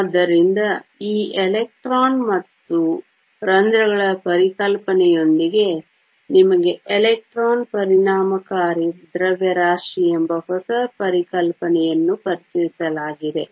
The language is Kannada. ಆದ್ದರಿಂದ ಈ ಎಲೆಕ್ಟ್ರಾನ್ ಮತ್ತು ರಂಧ್ರಗಳ ಪರಿಕಲ್ಪನೆಯೊಂದಿಗೆ ನಿಮಗೆ ಎಲೆಕ್ಟ್ರಾನ್ ಪರಿಣಾಮಕಾರಿ ದ್ರವ್ಯರಾಶಿ ಎಂಬ ಹೊಸ ಪರಿಕಲ್ಪನೆಯನ್ನು ಪರಿಚಯಿಸಲಾಗಿದೆ